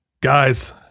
guys